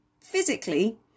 physically